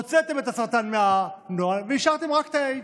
הוצאתם את הסרטן מהנוהל והשארתם רק את האיידס.